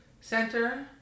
center